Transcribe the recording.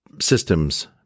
systems